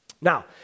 Now